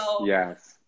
yes